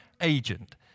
agent